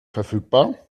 verfügbar